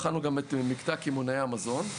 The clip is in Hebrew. בחנו גם את מקטע קמעונאי המזון.